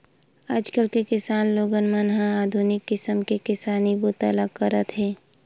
आजकाल के किसान लोगन मन ह आधुनिक किसम ले किसानी बूता ल करत हे